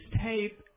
tape